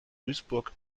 duisburg